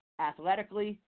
athletically